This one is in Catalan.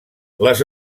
les